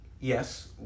Yes